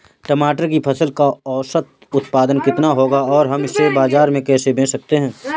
टमाटर की फसल का औसत उत्पादन कितना होगा और हम इसे बाजार में कैसे बेच सकते हैं?